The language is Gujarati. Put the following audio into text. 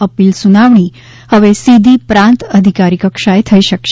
અપિલ સૂનાવણી હવે સીધી પ્રાંત અધિકારી કક્ષાએ થઈ શકશે